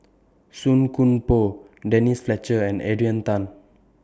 Song Koon Poh Denise Fletcher and Adrian Tan